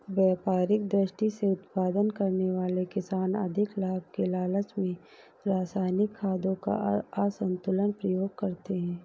व्यापारिक दृष्टि से उत्पादन करने वाले किसान अधिक लाभ के लालच में रसायनिक खादों का असन्तुलित प्रयोग करते हैं